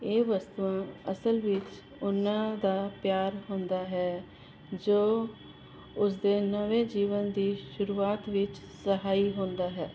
ਇਹ ਵਸਤੂਆਂ ਅਸਲ ਵਿੱਚ ਉਹਨਾਂ ਦਾ ਪਿਆਰ ਹੁੰਦਾ ਹੈ ਜੋ ਉਸ ਦੇ ਨਵੇਂ ਜੀਵਨ ਦੀ ਸ਼ੁਰੂਆਤ ਵਿੱਚ ਸਹਾਈ ਹੁੰਦਾ ਹੈ